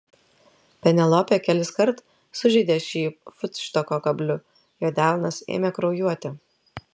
penelopė keliskart sužeidė šį futštoko kabliu jo delnas ėmė kraujuoti